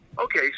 Okay